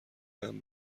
امن